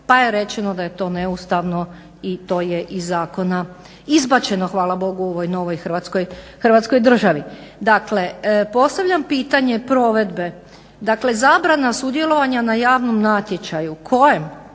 pa je rečeno da je to neustavno i to je iz zakona izbačeno, hvala Bogu u ovoj novoj Hrvatskoj državi. Dakle, postavljam pitanje provedbe, dakle zabrana sudjelovanja na javnom natječaju. Kojem?